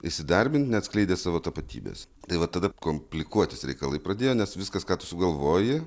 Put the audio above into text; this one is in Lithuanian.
įsidarbint neatskleidęs savo tapatybės tai va tada komplikuotis reikalai pradėjo nes viskas ką tu sugalvoji